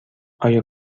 آیا